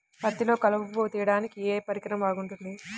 పత్తిలో కలుపు తీయడానికి ఏ పరికరం బాగుంటుంది?